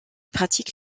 pratique